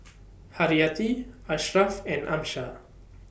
Haryati Ashraf and Amsyar